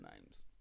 names